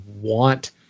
want